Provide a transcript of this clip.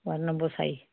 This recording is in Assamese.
ৱাৰ্ড নম্বৰ চাৰি